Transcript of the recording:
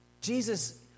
Jesus